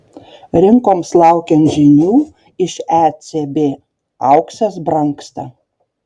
rinkoms laukiant žinių iš ecb auksas brangsta